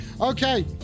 Okay